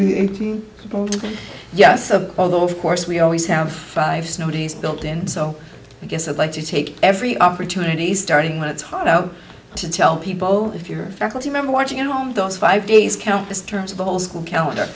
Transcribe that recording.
into yes of although of course we always have five snow days built in so i guess i'd like to take every opportunity starting when it's hot out to tell people if you're a faculty member watching you know those five days count the terms of the whole school calendar